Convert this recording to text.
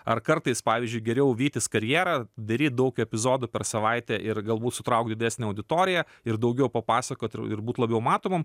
ar kartais pavyzdžiui geriau vytis karjerą daryt daug epizodų per savaitę ir galbūt sutraukt didesnę auditoriją ir daugiau papasakot ir būt labiau matomam